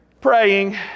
praying